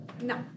No